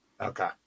Okay